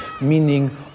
meaning